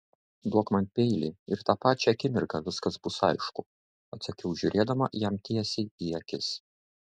duok man peilį ir tą pačią akimirką viskas bus aišku atsakiau žiūrėdama jam tiesiai į akis